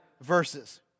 verses